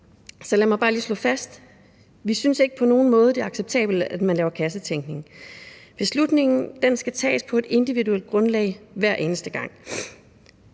af. Lad mig bare lige slå fast: Vi synes ikke på nogen måde, det er acceptabelt, at man laver kassetænkning. Beslutningen skal tages på et individuelt grundlag hver eneste gang.